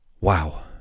Wow